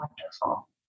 wonderful